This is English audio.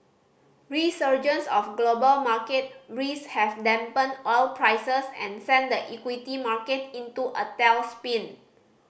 resurgence of global market risk have dampened oil prices and sent the equity market into a tailspin